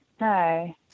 no